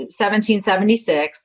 1776